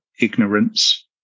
ignorance